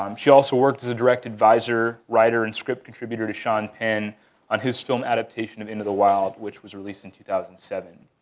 um she also worked as a direct adviser, writer, and script contributor to sean penn on his film adaptation of into the wild, which was released in two thousand and.